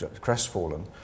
crestfallen